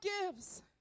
gives